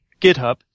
GitHub